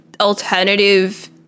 alternative